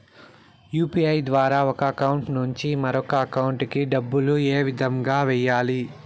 UPI ద్వారా ఒక account నుంచి మరొక అకౌంట్ కి డబ్బులు ఏ విధంగా వెయ్యాలి